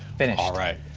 finished. all right,